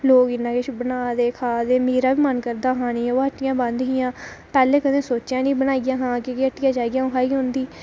लोक इन्ना किश बना दे खा दे मेरा बी मन करदा हा खानै गी पर हट्टियां बंद हियां पैह्लें कदें सोचेआ निं की बनां की के पैह्लें हट्टिया जाइयै खाई औंदी ही